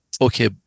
Okay